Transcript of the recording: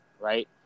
right